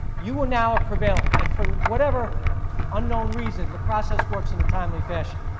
you are now prevailing and from whatever unkwn um reason, the process works in a timely fashion,